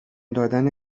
دادن